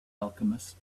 alchemist